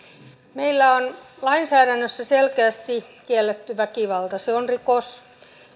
meillä on lainsäädännössä selkeästi kielletty väkivalta se on rikos